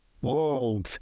Whoa